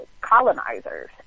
colonizers